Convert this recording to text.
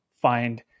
find